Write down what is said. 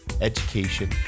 education